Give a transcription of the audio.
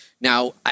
Now